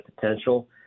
potential